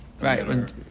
right